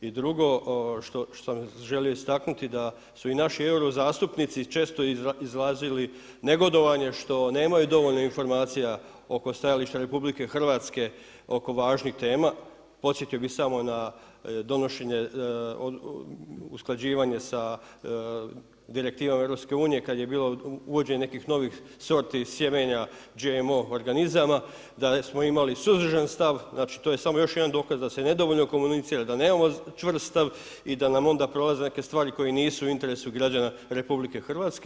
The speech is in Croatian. I drugo, što želim istaknuti da su i naši eurozastupnici često izrazili negodovanje što nemaju dovoljno informacija oko stajališta RH oko važnih tema, podsjetio bi samo na donošenje, usklađivanje direktiva EU-a kad je bilo uvođenje nekih novih sorti, sjemenja GMO organizama, da smo imali suzdržan stav, znači to je samo još jedan dokaz da se nedovoljno komunicira, da nemamo čvrst stav i da nam onda prolaze neke stvari koje nisu u interesu građana RH.